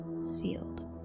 sealed